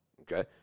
okay